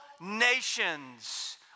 nations